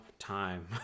Time